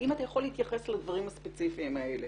אנא דבר על הדברים הספציפיים הללו,